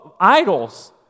idols